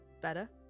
better